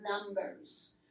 numbers